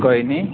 कोई नी